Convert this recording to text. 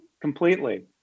Completely